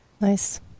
Nice